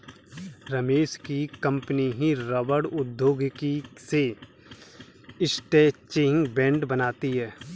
रमेश की कंपनी रबड़ प्रौद्योगिकी से स्ट्रैचिंग बैंड बनाती है